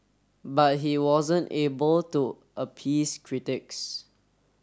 but he wasn't able to appease critics